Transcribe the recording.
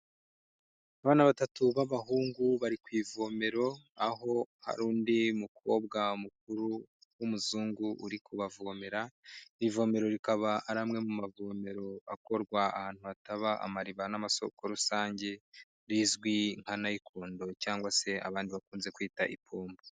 Abana batatu b'abahungu bari ku ivomero aho hari undi mukobwa mukuru w'umuzungu uri kubavomera, ivomero rikaba ari amwe mu mavomero akorwa ahantu hataba amariba n'amasoko rusange rizwi nka nayikondo cyangwa se abandi bakunze kwita ipombo.